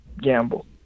gamble